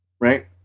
right